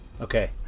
Okay